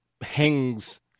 hangs